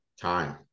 time